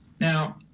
Now